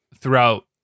throughout